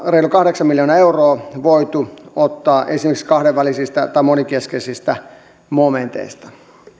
reilu kahdeksan miljoonaa euroa voitu ottaa esimerkiksi kahdenvälisistä tai monenkeskisistä momenteista